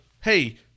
hey